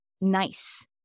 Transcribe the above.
nice